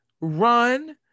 run